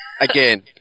Again